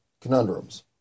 conundrums